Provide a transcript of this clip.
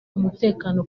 umutekano